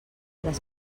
les